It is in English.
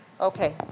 Okay